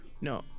No